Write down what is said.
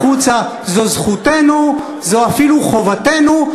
זו זכותנו, זו אפילו חובתנו.